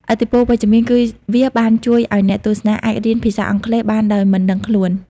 ឥទ្ធិពលវិជ្ជមានគឺវាបានជួយឱ្យអ្នកទស្សនាអាចរៀនភាសាអង់គ្លេសបានដោយមិនដឹងខ្លួន។